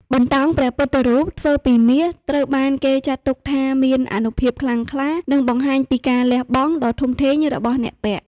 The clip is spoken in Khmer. បន្តោងព្រះពុទ្ធរូបធ្វើពីមាស ត្រូវបានគេចាត់ទុកថាមានអានុភាពខ្លាំងក្លា និងបង្ហាញពីការលះបង់ដ៏ធំធេងរបស់អ្នកពាក់។